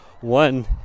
one